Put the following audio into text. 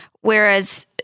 whereas